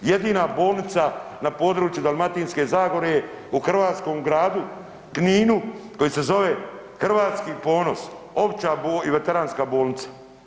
Jedina bolnica na području Dalmatinske zagore u hrvatskom Gradu Kninu koji se zove „Hrvatski ponos“ Opća i veteranska bolnica.